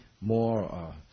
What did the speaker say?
more